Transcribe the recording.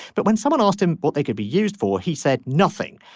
but when someone asked him what they could be used for he said nothing.